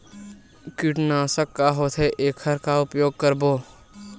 कीटनाशक का होथे एखर का उपयोग करबो?